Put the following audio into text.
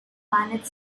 planet